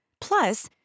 Plus